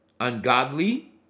ungodly